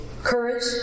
Courage